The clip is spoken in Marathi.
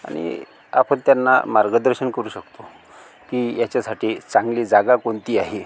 आणि आपण त्यांना मार्गदर्शन करू शकतो की याच्यासाठी चांगली जागा कोणती आहे